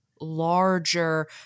larger